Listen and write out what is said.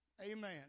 Amen